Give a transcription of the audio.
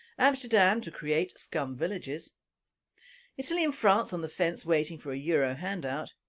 amsterdam to create scum villages italy and france on the fence waiting for a euro handout